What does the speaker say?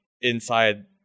inside